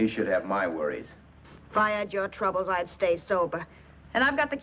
you should have my worries find your troubles i'd stay sober and i've got the